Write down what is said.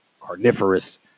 carnivorous